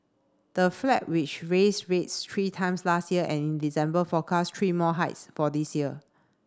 the which raised rates three times last year and in December forecast three more hikes for this year